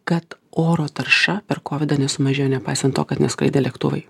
kad oro tarša per kovidą nesumažėjo nepaisant to kad neskraidė lėktuvai